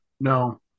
No